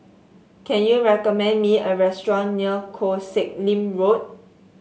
can you recommend me a restaurant near Koh Sek Lim Road